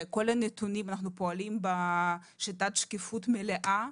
אנחנו פועלים בשיטת שקיפות מלאה,